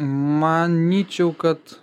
manyčiau kad